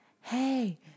hey